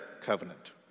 covenant